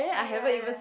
oh ya ya